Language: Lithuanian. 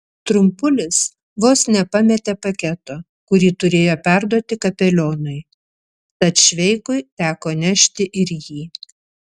trumpulis vos nepametė paketo kurį turėjo perduoti kapelionui tad šveikui teko nešti ir jį